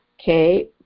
okay